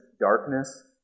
darkness